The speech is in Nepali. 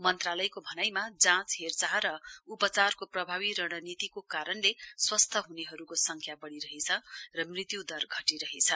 मन्त्रालयको भनाईमा जाँच हेरचाह र उपचारको प्रभावी रणनीतिको कारणले स्वस्थ हुनेहरुको संख्या वढ़िरहेछ र मृत्यु दर घटिरहेछ